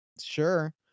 sure